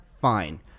Fine